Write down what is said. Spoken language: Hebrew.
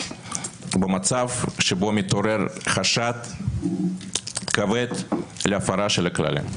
במצב שבו מתעורר חשד כבד להפרה של הכללים.